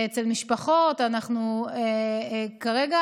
אצל משפחות.